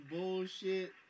Bullshit